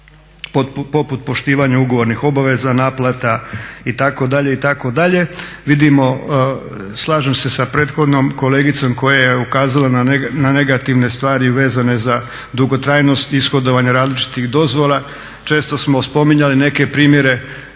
poput poštivanja ugovornih obaveza, naplata itd., itd. Vidimo, slažem se sa prethodnom kolegicom koja je ukazala na negativne stvari vezane za dugotrajnost ishodovanja različitih dozvola. Često smo spominjali neke primjere,